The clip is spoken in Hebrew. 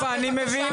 יפה, אני מבין.